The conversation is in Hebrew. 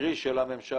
קרי של הממשלה,